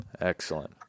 Excellent